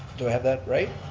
do i have that right?